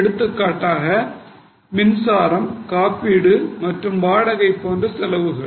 உதாரணமாக மின்சாரம் காப்பீடு மற்றும் போன்ற செலவுகள்